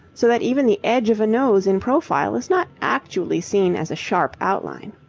so that even the edge of a nose in profile is not actually seen as a sharp outline.